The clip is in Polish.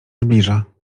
zbliża